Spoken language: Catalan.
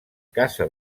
casa